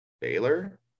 Baylor